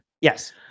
Yes